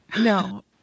No